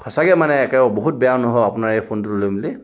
সঁচাকৈ মানে একে বহুত বেয়া অনুভৱ আপোনাৰ এই ফোনটো লৈ মেলি